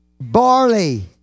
Barley